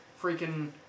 freaking